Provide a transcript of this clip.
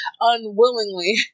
unwillingly